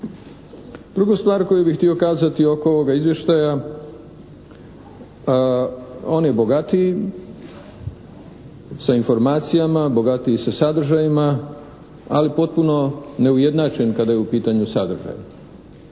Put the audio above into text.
Drugu stvar koju bih htio kazati oko ovoga izvještaja on je bogatiji sa informacijama, bogatiji sa sadržajima ali potpuno neujednačen kada je u pitanju sadržaj.